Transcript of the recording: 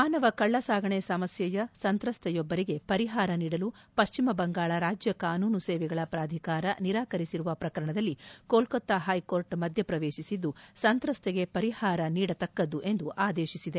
ಮಾನವ ಕಳ್ಳ ಸಾಗಣೆ ಸಮಸ್ಯೆಯ ಸಂತ್ರಸ್ತೆಯೊಬ್ಬರಿಗೆ ಪರಿಪಾರ ನೀಡಲು ಪಶ್ಚಿಮ ಬಂಗಾಳ ರಾಜ್ಯ ಕಾನೂನು ಸೇವೆಗಳ ಪ್ರಾಧಿಕಾರ ನಿರಾಕರಿಸಿರುವ ಪ್ರಕರಣದಲ್ಲಿ ಕೋಲ್ಕತ್ತಾ ಹೈಕೋರ್ಟ್ ಮಧ್ಯ ಪ್ರವೇಶಿಸಿದ್ದು ಸಂತ್ರನ್ನೆಗೆ ಪರಿಹಾರ ನೀಡತಕ್ಕದ್ದು ಎಂದು ಆದೇಶಿಸಿದೆ